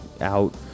out